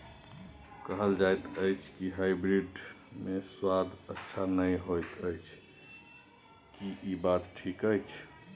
कहल जायत अछि की हाइब्रिड मे स्वाद अच्छा नही होयत अछि, की इ बात ठीक अछि?